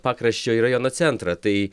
pakraščio į rajono centrą tai